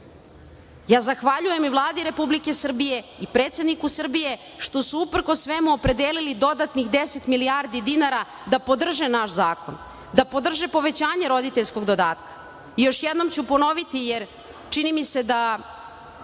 Zahvaljujem i Vladi Republike Srbije i predsedniku Srbije, što su uprkos svemu opredelili dodatnih 10 milijardi dinara da podrže naš zakon, da podrže povećanje roditeljskog dodatka. Još jednom ću ponoviti, jer čini mi se, da